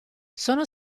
sono